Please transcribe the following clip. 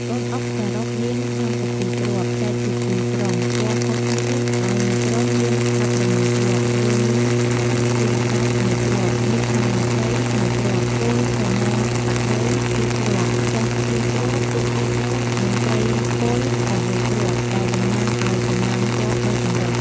កូនអុកសរុបមាន ៣២ គ្រាប់ ចែកជាពីរក្រុម ពណ៌ខុសគ្នា ដោយមួយក្រុមមាន ១៦ គ្រាប់ រួមមាន ខុនឬស្តេច១គ្រាប់ នាងមហេសី១គ្រាប់ គោលសេនាបតី២គ្រាប់ សេះ២គ្រាប់ ទូក២គ្រាប់ និងត្រីពល៨គ្រាប់ ដែលតំណាងឱ្យកម្លាំងទ័ពដ៏ចម្រុះ។